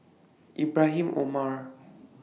Ibrahim Omar